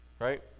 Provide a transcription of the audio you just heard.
right